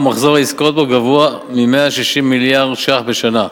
ומחזור העסקאות בו גבוה מ-160 מיליארד ש"ח בשנה.